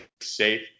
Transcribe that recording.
safe